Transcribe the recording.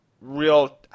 real